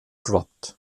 dropped